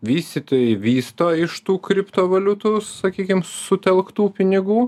vystytojai vysto iš tų kriptovaliutų sakykim sutelktų pinigų